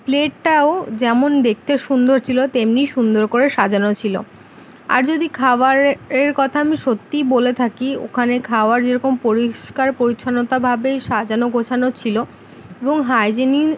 প্লেটটাও যেমন দেখতে সুন্দর ছিলো তেমনি সুন্দর করে সাজানো ছিলো আর যদি খাবারের কথা আমি সত্যিই বলে থাকি ওখানে খাওয়ার যেরকম পরিষ্কার পরিচ্ছন্নতাভাবেই সাজানো গোছানো ছিলো এবং হাইজিনিক